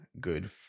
Good